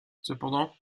cependant